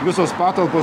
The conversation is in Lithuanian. visos patalpos